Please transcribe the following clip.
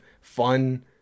fun